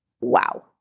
wow